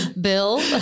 Bill